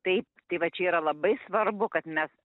taip tai va čia yra labai svarbu kad mes